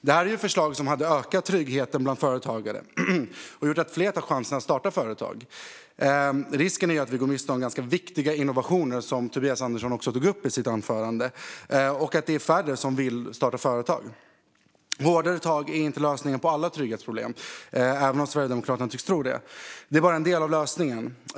Dessa förslag hade ökat tryggheten för företagare och fått fler att ta chansen att starta företag. Risken är nu att vi går miste om viktiga innovationer, vilket Tobias Andersson tog upp i sitt anförande, och att det är färre som vill starta företag. Hårdare tag är inte lösningen på alla trygghetsproblem även om Sverigedemokraterna tycks tro det. Det är bara en del av lösningen.